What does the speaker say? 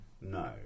No